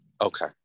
okay